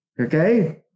Okay